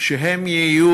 שהם יהיו